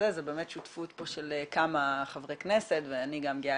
זו באמת שותפות של כמה חברי כנסת ואני גם גאה